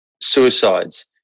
Suicides